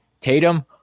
Tatum